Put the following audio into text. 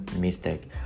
mistake